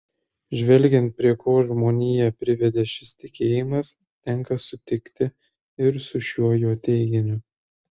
žvelgiant prie ko žmoniją privedė šis tikėjimas tenka sutikti ir su šiuo jo teiginiu